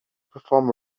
perform